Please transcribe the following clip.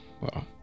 wow